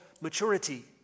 maturity